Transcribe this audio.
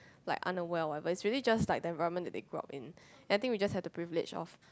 like unaware or whatever it's really just like the environment that they grow up in and I think we just have the privilege of